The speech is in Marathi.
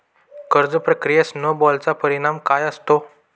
कर्ज प्रक्रियेत स्नो बॉलचा परिणाम काय असतो?